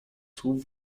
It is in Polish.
słów